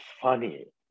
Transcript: funny